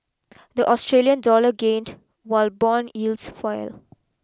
the Australian dollar gained while bond yields fell